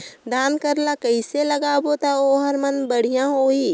धान कर ला कइसे लगाबो ता ओहार मान बेडिया होही?